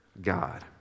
God